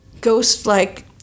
ghost-like